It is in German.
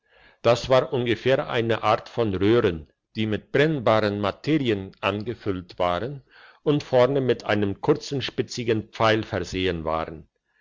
das war ungefähr ein art von röhren die mit brennbaren materien angefüllt wurden und vorne mit einem kurzen spitzigen pfeil versehen waren